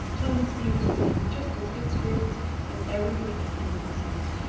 tommy seemed to be in just as good spirits as ever he had been in summer.